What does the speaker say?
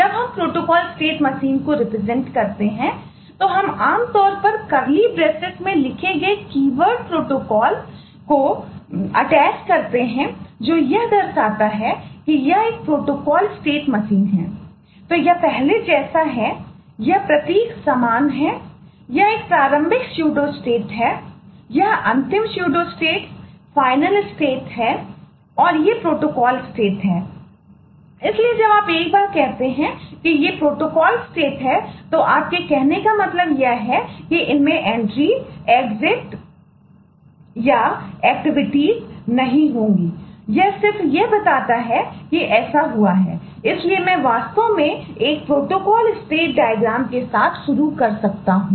जब हम एक प्रोटोकॉल स्टेट मशीनके साथ शुरू कर सकता हूं